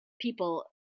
people